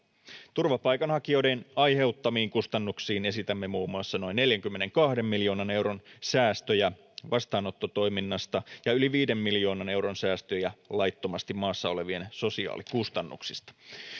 turvapaikanhakijoiden aiheuttamiin kustannuksiin esitämme muun muassa noin neljänkymmenenkahden miljoonan euron säästöjä vastaanottotoiminnasta ja yli viiden miljoonan euron säästöjä laittomasti maassa olevien sosiaalikustannuksista